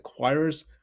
acquirers